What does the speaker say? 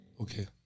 Okay